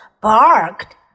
barked